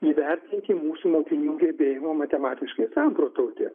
įvertinti mūsų mokinių gebėjimą matematiškai samprotauti